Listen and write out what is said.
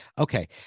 okay